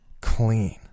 clean